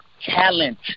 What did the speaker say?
talent